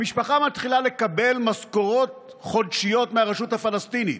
המשפחה מתחילה לקבל משכורות חודשיות מהרשות הפלסטינית.